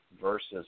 versus